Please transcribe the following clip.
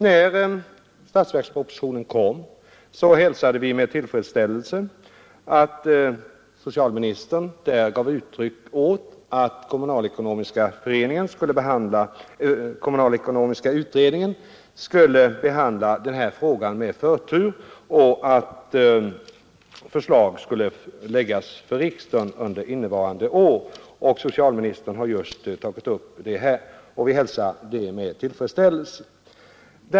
När statsverkspropositionen kom hälsade vi med tillfredsställelse att socialministern där gav uttryck åt att kommunalekonomiska utredningen skulle behandla den här frågan med förtur och att förslag skulle läggas fram för riksdagen under innevarande år. Socialministern har just tagit upp det här och vi hälsar det med tillfredsställelse.